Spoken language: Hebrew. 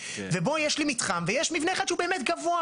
ובו יש לי מתחם ויש מבנה אחד שהוא באמת גבוה,